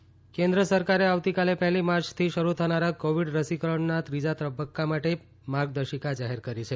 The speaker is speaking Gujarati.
કેન્દ્ર રસીકરણ માર્ગ કેન્દ્ર સરકારે આવતીકાલે પહેલી માર્ચથી શરૂ થનારા કોવિડ રસીકરણના ત્રીજા તબક્કા માટે માર્ગદર્શિકા જાહેર કરી છે